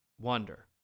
wonder